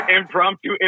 impromptu